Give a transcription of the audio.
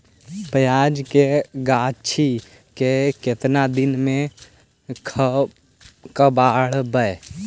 प्याज के गाछि के केतना दिन में कबाड़बै?